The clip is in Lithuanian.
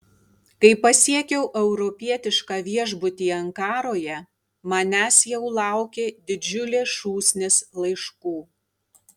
kai pasiekiau europietišką viešbutį ankaroje manęs jau laukė didžiulė šūsnis laiškų